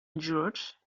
injured